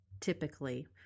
typically